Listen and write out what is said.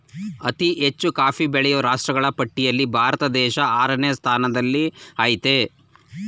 ಅತಿ ಹೆಚ್ಚು ಕಾಫಿ ಬೆಳೆಯೋ ರಾಷ್ಟ್ರಗಳ ಪಟ್ಟಿಲ್ಲಿ ಭಾರತ ದೇಶ ಆರನೇ ಸ್ಥಾನದಲ್ಲಿಆಯ್ತೆ